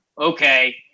okay